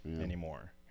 anymore